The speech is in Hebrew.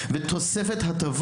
תשקיעו בעתיד המדינה.